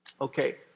Okay